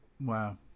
Wow